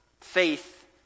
faith